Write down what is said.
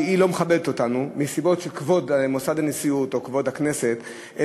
שלא מכבדת את מוסד הנשיאות ואת כבוד הכנסת,